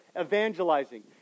evangelizing